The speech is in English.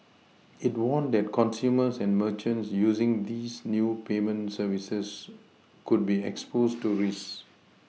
it warned that consumers and merchants using these new payment services could be exposed to risks